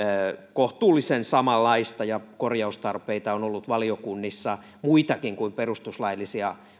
kohtuullisen samanlaista ja korjaustarpeita on on ollut valiokunnissa muitakin kuin perustuslaillisia